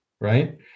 right